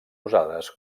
usades